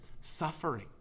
suffering